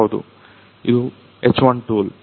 ಹೌದು ಇದು H 1 tool